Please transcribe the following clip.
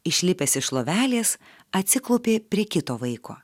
išlipęs iš lovelės atsiklaupė prie kito vaiko